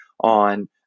on